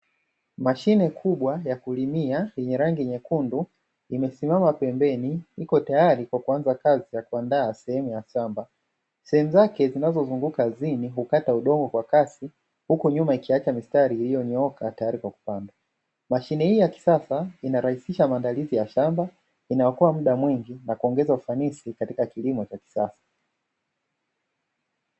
Mashine kubwa ya kulimia yenye rangi nyekundu imesimama pembeni iko tayari kwa kuanza kazi ya kuandaa sehemu ya shamba. Sehemu zake zinazozunguka ardhini kukata udongo kwa kasi huku nyuma ikiacha mistari iliyonyooka tayari kwa kupandwa. Mashine hii ya kisasa inarahisisha maandalizi ya shamba, inaokoa muda mwingi na kuongeza ufanisi katika kilimo cha kisasa.